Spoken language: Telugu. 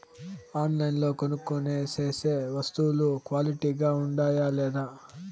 ఆన్లైన్లో కొనుక్కొనే సేసే వస్తువులు క్వాలిటీ గా ఉండాయా లేదా?